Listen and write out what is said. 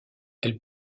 elle